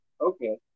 Okay